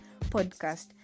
podcast